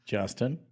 Justin